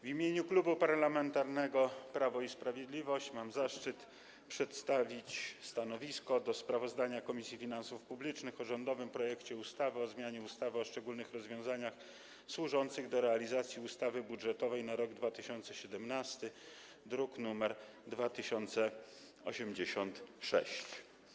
W imieniu Klubu Parlamentarnego Prawo i Sprawiedliwość mam zaszczyt przedstawić stanowisko wobec sprawozdania Komisji Finansów Publicznych o rządowym projekcie ustawy o zmianie ustawy o szczególnych rozwiązaniach służących realizacji ustawy budżetowej na rok 2017, druk nr 2086.